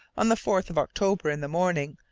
on the fourth of october, in the morning,